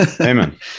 Amen